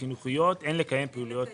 אין לקיים פעילויות חינוכיות.